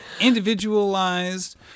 Individualized